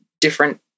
different